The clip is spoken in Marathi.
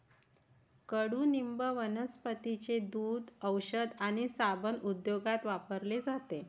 कडुनिंब वनस्पतींचे दूध, औषध आणि साबण उद्योगात वापरले जाते